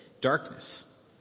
darkness